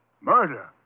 Murder